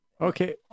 Okay